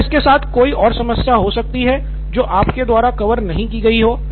क्या इसके साथ कोई और समस्या हो सकती हैं जो आपके द्वारा कवर नहीं की गई है